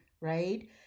right